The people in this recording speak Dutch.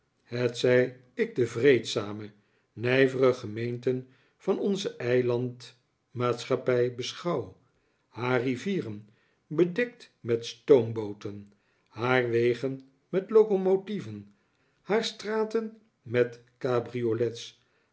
hetzij ik de vreedzame nijvere gemeenten van onze eilandmaatschappij beschouw naar rivieren bedekfr met stoombooten haar wegen met locomotieven haar straten met cabriolets